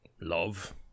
love